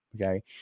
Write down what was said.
Okay